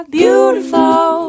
beautiful